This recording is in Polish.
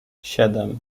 siedem